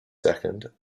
second